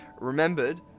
remembered